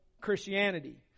Christianity